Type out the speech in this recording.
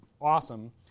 awesome